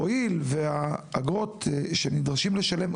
הועיל והאגרות שנדרשות לשלם,